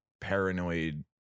paranoid